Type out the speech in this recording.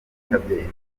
yitabye